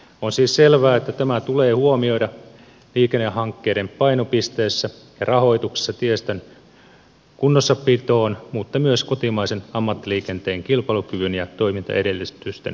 on siis selvää että tämä tulee huomioida liikennehankkeiden painopisteessä ja tiestön kunnossapidon rahoituksessa mutta myös kotimaisen ammattiliikenteen kilpailukyvyn ja toimintaedellytysten turvaamisessa